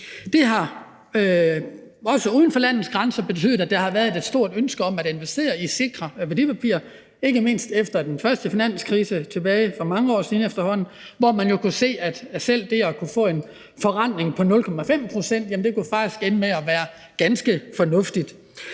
Det har, også uden for landets grænser, betydet, at der har været et stort ønske om at investere i sikre værdipapirer, ikke mindst efter den første finanskrise for efterhånden mange år siden, hvor man jo kunne se, at selv det at kunne få en forrentning på 0,5 pct. faktisk kunne ende med at være ganske fornuftigt.